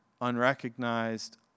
unrecognized